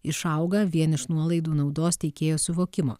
išauga vien iš nuolaidų naudos teikėjo suvokimo